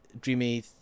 dreamy